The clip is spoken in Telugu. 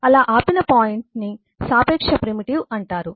అలా ఆపిన పాయింట్ ని సాపేక్ష ప్రిమిటివ్ అంటారు